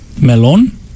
Melon